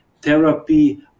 therapy